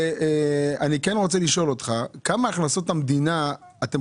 אני כן רוצה לשאול אותך מה הסכום שאתם